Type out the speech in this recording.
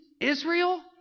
Israel